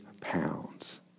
pounds